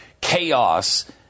chaos